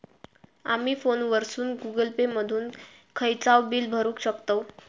आमी फोनवरसून Google Pay मधून खयचाव बिल भरुक शकतव